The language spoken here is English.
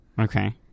Okay